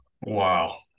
Wow